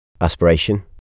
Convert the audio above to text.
Aspiration